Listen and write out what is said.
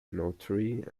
notary